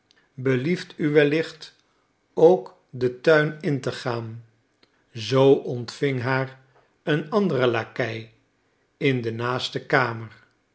belieft u wellicht ook den tuin in te gaan zoo ontving haar een andere lakei in de naaste kamer